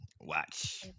Watch